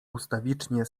ustawicznie